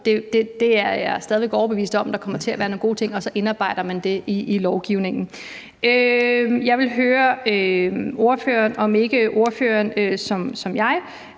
Jeg er stadig overbevist om, at der kommer til at være nogle gode ting der, og så indarbejder man det i lovgivningen. Jeg vil høre ordføreren, om ikke ordføreren ligesom jeg